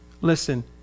Listen